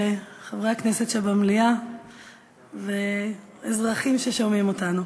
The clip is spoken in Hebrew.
וחברי הכנסת שבמליאה ואזרחים ששומעים אותנו,